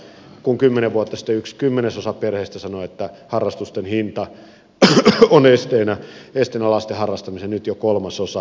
kun kymmenen vuotta sitten yksi kymmenesosa perheistä sanoi että harrastusten hinta on esteenä lasten harrastamiseen nyt jo kolmasosa